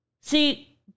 See